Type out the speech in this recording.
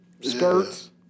skirts